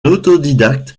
autodidacte